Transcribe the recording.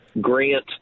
grant